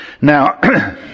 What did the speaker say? Now